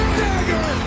dagger